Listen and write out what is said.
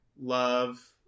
love